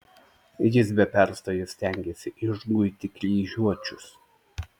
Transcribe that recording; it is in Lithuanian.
jis be perstojo stengėsi išguiti kryžiuočius